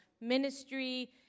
ministry